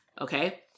okay